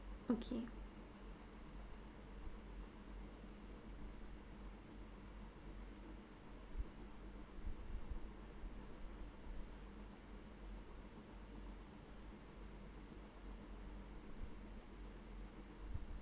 okay